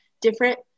different